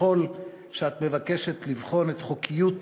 וככל שאת מבקשת לבחון את חוקיות